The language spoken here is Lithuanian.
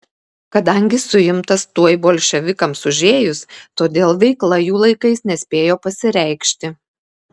kadangi suimtas tuoj bolševikams užėjus todėl veikla jų laikais nespėjo pasireikšti